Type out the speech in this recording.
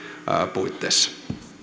puitteissa